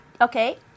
Okay